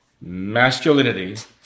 masculinity